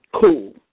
Cool